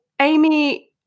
Amy